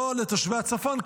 לא לתושבי הצפון,